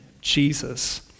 Jesus